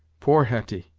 poor hetty!